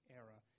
era